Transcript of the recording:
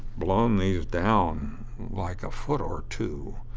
blown these down like a foot or two.